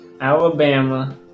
Alabama